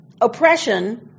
oppression